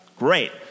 Great